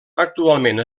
actualment